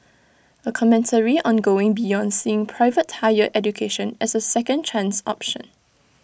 A commentary on going beyond seeing private higher education as A second chance option